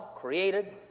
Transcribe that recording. created